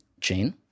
chain